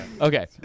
Okay